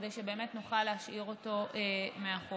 כדי שבאמת נוכל להשאיר אותו מאחורינו.